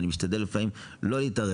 ואני משתדל לפעמים לא להתערב.